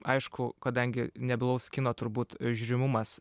aišku kadangi nebylaus kino turbūt žiūrimumas